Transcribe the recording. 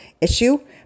issue